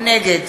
נגד